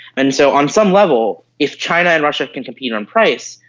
and so on some level, if china and russia can compete on price,